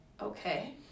okay